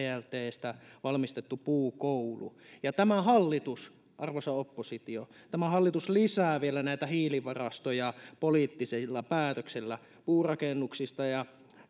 cltstä valmistettu puukouru ja tämä hallitus arvoisa oppositio tämä hallitus lisää vielä näitä hiilivarastoja poliittisilla päätöksillä puurakennuksista ja